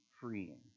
freeing